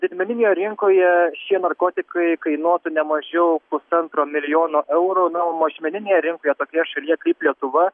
didmeninėje rinkoje šie narkotikai kainuotų nemažiau pusantro milijono eurų na o mažmeninėje rinkoje tokioje šalyje kaip lietuva